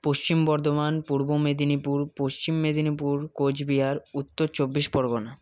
Paschim Bardhaman Purba Medinipur Paschim Medinipur Cooch Behar Uttar Chabbish Pargana